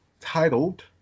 titled